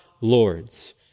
lords